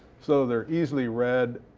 so they're easily read.